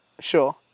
sure